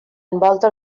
envolta